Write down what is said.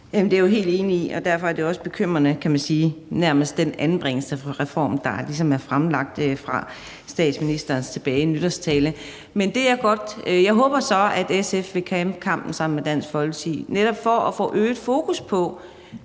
det er jeg jo helt enig i, og derfor er det også bekymrende med den anbringelsesreform, kan man nærmest kalde den, der ligesom blev fremlagt af statsministeren tilbage under nytårstalen. Jeg håber så, at SF vil kæmpe kampen sammen med Dansk Folkeparti netop for at få øget fokus på